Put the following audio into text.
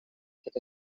such